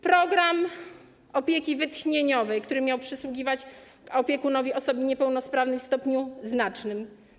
Program opieki wytchnieniowej, który miał przysługiwać opiekunowi osoby niepełnosprawnej w stopniu znacznym.